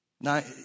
Now